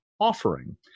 offering